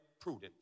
prudent